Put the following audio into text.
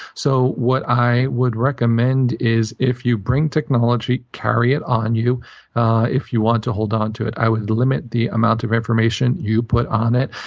so what i would recommend is, if you bring technology, carry it on you if you want to hold onto it. i would limit the amount of information you put on it.